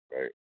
Right